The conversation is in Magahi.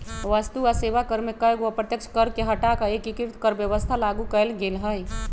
वस्तु आ सेवा कर में कयगो अप्रत्यक्ष कर के हटा कऽ एकीकृत कर व्यवस्था लागू कयल गेल हई